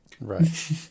Right